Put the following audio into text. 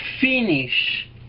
finish